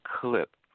clip